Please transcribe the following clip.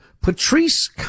Patrice